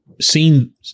seen